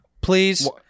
Please